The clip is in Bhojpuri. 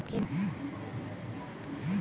बासमती चावल के बीया केतना तरह के मिलेला?